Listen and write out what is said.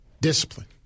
Discipline